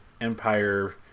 Empire